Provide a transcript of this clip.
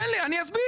תן לי, אני אסביר.